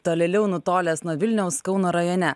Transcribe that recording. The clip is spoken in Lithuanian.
tolėliau nutolęs nuo vilniaus kauno rajone